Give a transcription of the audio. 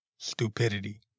Stupidity